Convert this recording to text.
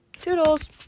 Toodles